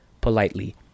politely